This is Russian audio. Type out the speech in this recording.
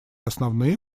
основные